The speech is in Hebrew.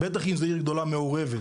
בטח אם זה עיר גדולה מעורבת.